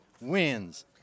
wins